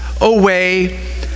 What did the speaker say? away